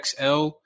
XL